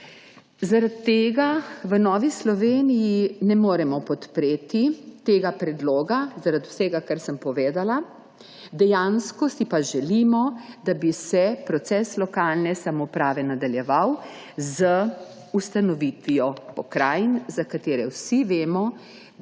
Zaradi tega v Novi Sloveniji ne moremo podpreti tega predloga, zaradi vsega, kar sem povedala. Dejansko si pa želimo, da bi se proces lokalne samouprave nadaljeval z ustanovitvijo pokrajin, za katere vsi vemo, da so v